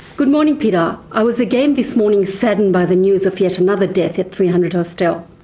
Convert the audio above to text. good morning, peter. i was again this morning saddened by the news of yet another death at three hundred hostel.